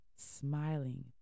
smiling